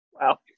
Wow